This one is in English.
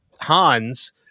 Hans